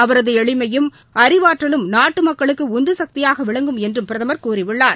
அவரதுஎளிமையும் அறிவாற்றலும் நாட்டுமக்களுக்குஉந்துசக்தியாகவிளங்கும் என்றும் பிரதமர் கூறியுள்ளார்